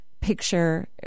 picture